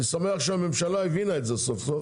אני שמח שהממשלה הבינה את זה סוף-סוף